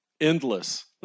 endless